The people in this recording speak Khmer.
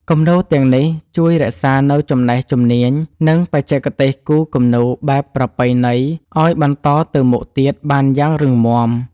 គំនូរទាំងនេះជួយរក្សានូវចំណេះជំនាញ និងបច្ចេកទេសគូរគំនូរបែបប្រពៃណីឱ្យបន្តទៅមុខទៀតបានយ៉ាងរឹងមាំ។